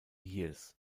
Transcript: years